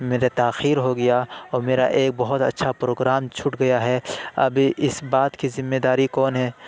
میرا تاخیر ہو گیا اور میرا ایک بہت اچھا پروگرام چھوٹ گیا ہے اب اس بات کی ذمہ داری کون ہے